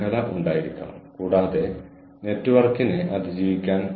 അവർ ഇതിനെ കുറിച്ച് അറിഞ്ഞു